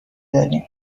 داریم